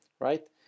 right